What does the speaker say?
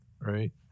right